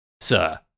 sir